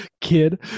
kid